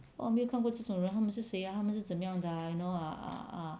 orh 没有看过这种人他们是谁啊他们是怎么样的 ah you know ah ah ah